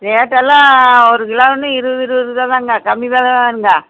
ரேட்டெல்லாம் ஒரு கிலோன்னு இருபது இருவதுரூபானுங்க கம்மி வில தானுங்க